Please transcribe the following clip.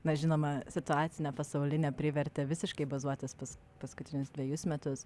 na žinoma situacinė pasauliėę privertė visiškai bazuotis pas paskutinius dvejus metus